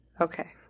Okay